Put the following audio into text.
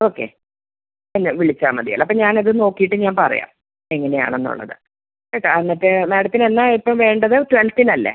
okay അല്ല വിളിച്ചാൽ മതിയല്ലോ അപ്പോൾ ഞാനത് നോക്കിയിട്ട് ഞാൻ പറയാം എങ്ങനെയാണെന്നുള്ളത് കേട്ടോ എന്നിട്ട് മാഡത്തിന് എന്നാണ് എപ്പം വേണ്ടത് ട്വൽവ്ത്തിനല്ലേ